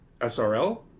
SRL